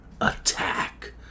attack